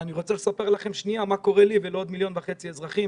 ואני רוצה לספר לכם מה קורה לי ולעוד מיליון וחצי אזרחים